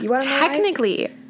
technically